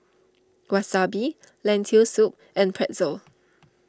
Wasabi Lentil Soup and Pretzel